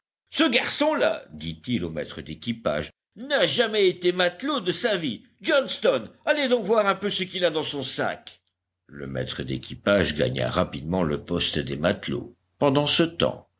ce garçon-là dit-il au maître d'équipage n'a jamais été matelot de sa vie johnston allez donc voir un peu ce qu'il a dans son sac le maître d'équipage gagna rapidement le poste des matelots pendant ce temps